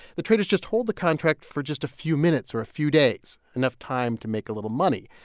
the traders just hold the contract for just a few minutes or a few days, enough time to make a little money.